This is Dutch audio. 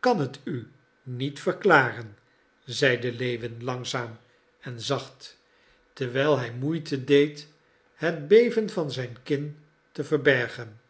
kan het u niet verklaren zeide lewin langzaam en zacht terwijl hij moeite deed het beven van zijn kin te verbergen